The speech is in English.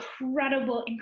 incredible